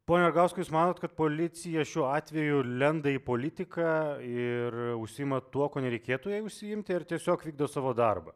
pone ragausjai jūs manot kad policija šiuo atveju lenda į politiką ir užsiima tuo ko nereikėtų jai užsiimti ir tiesiog vykdo savo darbą